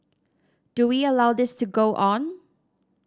do we allow this to go on